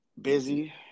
Busy